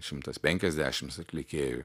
šimtas penkiasdešimts atlikėjų